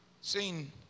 seen